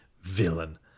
Villain